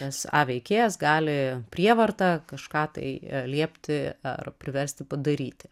nes a veikėjas gali prievarta kažką tai liepti ar priversti padaryti